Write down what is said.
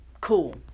cool